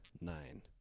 nine